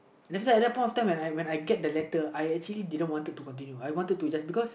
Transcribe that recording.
after that at that point of time I when I get the letter I actually didn't want to continue I wanted to just because